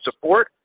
support